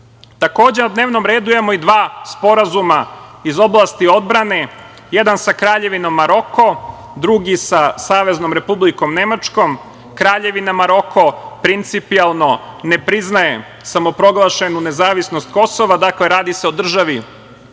na dnevnom redu imamo i dva sporazuma, iz oblasti odbrane, jedan sa Kraljevinom Maroko, drugi sa Saveznom Republikom Nemačkom. Kraljevina Maroko, principijelno ne priznaje samoproglašenost nezavisnost Kosova, radi se o državi koja